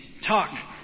talk